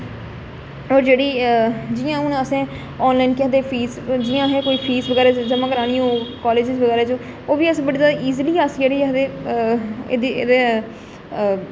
होर जेह्ड़ी जि'यां हून असें ऑनलाइन केह् आखदे फीस जि'यां असें कोई फीस बगैरा ज'म्मा करानी होऐ काॅलेज बगैरा जो ओह् बी अस बड़ी जादा इजली अस जेह्ड़ी केह् आखदे एह्दा